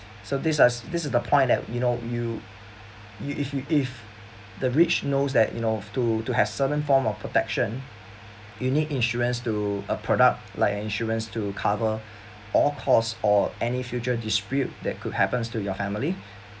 so this as this is the point that you know you you if you if the rich knows that you know to to have certain form of protection you need insurance to a product like an insurance to cover all costs or any future dispute that could happens to your family